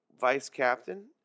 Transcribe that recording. vice-captain